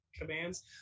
commands